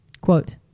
Quote